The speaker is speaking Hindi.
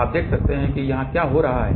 अब देखते हैं कि यहाँ क्या हो रहा है